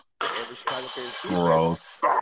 gross